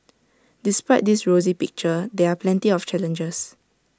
despite this rosy picture there are plenty of challenges